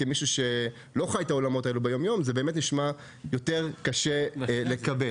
כמישהו שלא חי את העולמות האלה ביום-יום כדבר שיותר קשה לקבל.